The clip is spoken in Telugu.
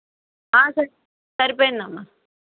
సరిపోయింది అమ్మా